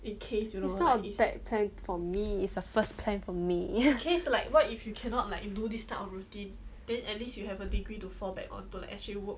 it's not a back plan for me it's a first plan for me